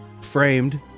framed